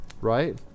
right